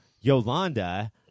Yolanda